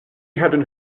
hadn’t